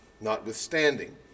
notwithstanding